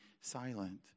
silent